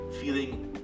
feeling